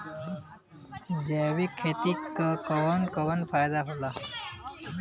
जैविक खेती क कवन कवन फायदा होला?